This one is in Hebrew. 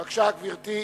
בבקשה, גברתי.